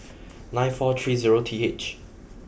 nine four tree zero t h